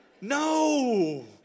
No